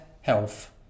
Health